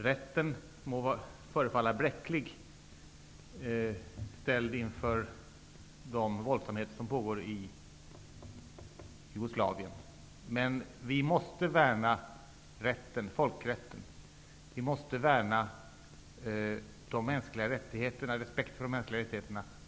Rätten må förefalla bräcklig ställd inför de våldsamheter som pågår i Jugoslavien. Men vi måste värna folkrätten och skyddet för de mänskliga rättigheterna.